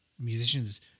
musicians